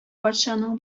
патшаның